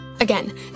Again